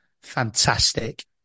fantastic